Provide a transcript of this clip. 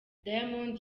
diamond